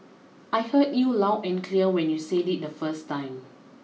I heard you loud and clear when you said it the first time